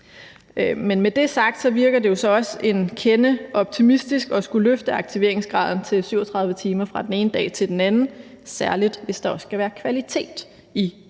Men med det sagt virker det jo så også en kende optimistisk at skulle løfte aktiveringsgraden til 37 timer fra den ene dag til den anden, særlig hvis der også skal være kvalitet i